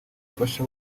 ufasha